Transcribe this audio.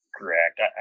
Correct